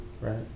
Right